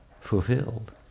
fulfilled